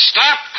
Stop